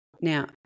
Now